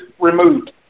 removed